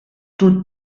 toute